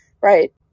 right